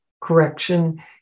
correction